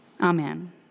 Amen